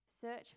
search